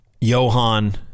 Johan